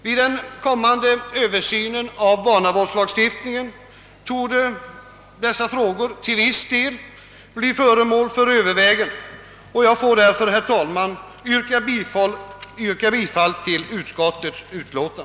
Vid den kommande översynen av barnavårdslagstiftningen torde dessa frågor till viss del bli föremål för överväganden, och jag får därför, herr talman, yrka bifall till utskottets förslag.